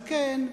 על כן,